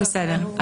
בסדר.